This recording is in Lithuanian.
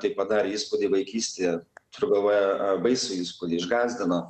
tai padarė įspūdį vaikystėje turiu galvoje baisų įspūdį išgąsdino